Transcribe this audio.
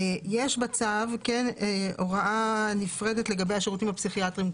יש בצו הוראה נפרדת לגבי השירותים הפסיכיאטריים,